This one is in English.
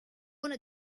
wanna